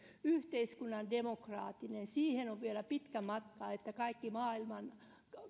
yhteiskunnan demokraattisuus siihen on vielä pitkä matka että kaikki maailman